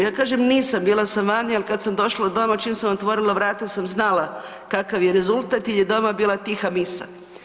Ja kažem nisam bila sam vani, ali kad sam došla doma čim sam otvorila vrata sam znala kakav je rezultat jer je doma bila tiha misa.